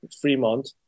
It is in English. Fremont